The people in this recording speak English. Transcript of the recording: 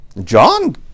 John